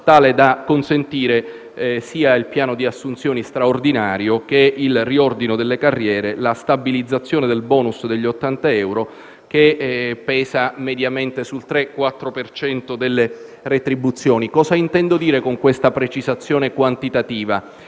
tale da consentire il piano di assunzioni straordinario, il riordino delle carriere e la stabilizzazione del *bonus* degli 80 euro, che pesa mediamente sulle retribuzioni per il 3,4 per cento. Cosa intendo dire con questa precisazione quantitativa?